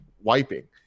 wiping